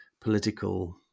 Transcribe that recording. political